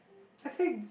I think